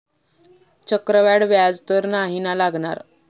चक्रवाढ व्याज तर नाही ना लागणार?